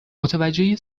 متوجه